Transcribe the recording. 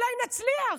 אולי נצליח.